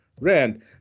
Rand